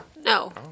No